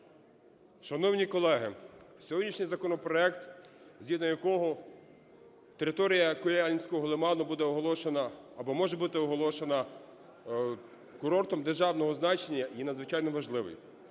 Шановні колеги, сьогоднішній законопроект, згідно якого територія Куяльницького лиману буде оголошена або може бути оголошена курортом державного значення, є надзвичайно важливим.